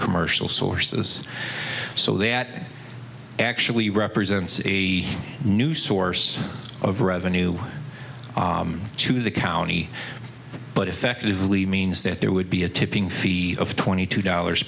commercial sources so that actually represents a new source of revenue to the county but effectively means that there would be a tipping fee of twenty two dollars